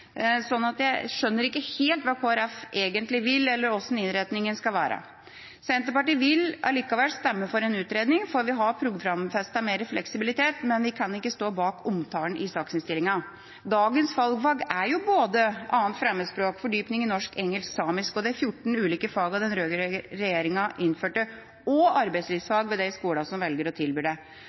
jeg skjønner ikke helt hva Kristelig Folkeparti egentlig vil, og hvordan innretninga skal være. Senterpartiet vil allikevel stemme for en utredning, for vi har programfestet mer fleksibilitet, men vi kan ikke stå bak omtalen i saksinnstillinga. Dagens valgfag er jo både 2. fremmedspråk, fordypning i norsk, engelsk, samisk, de 14 ulike fagene den rød-grønne regjeringa innførte, og arbeidslivsfag ved de skolene som velger å tilby det.